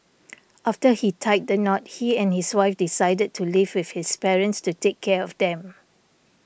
after he tied the knot he and his wife decided to live with his parents to take care of them